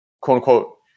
quote-unquote